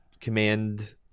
command